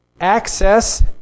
Access